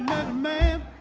man